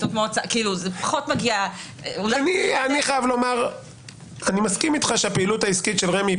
אני מסכים איתך שהפעילות העסקית של רמ"י היא